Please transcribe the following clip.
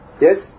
Yes